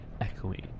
echoing